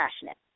passionate